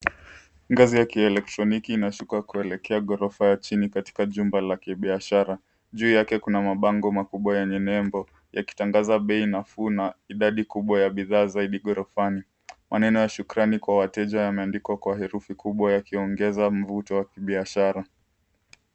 Ngazi ya kielektroniki inashuka kuelekea ghorofa ya chini katika jumba la kibiashara. Juu yake kuna mabango makubwa yenye nembo yakitangaza bei nafuu na idadi kubwa ya bidhaa zaidi ghorofani. Maneno ya shukrani kwa wateja yameandikwa kwa herufi kubwa yakiongeza mvuto wa kibishara.